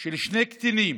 של שני קטינים